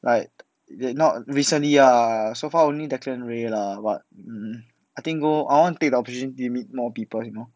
like they not recently lah so far only second wave lah but hmm I think go I want take the opportunity meet more people you know